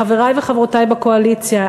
חברי וחברותי בקואליציה,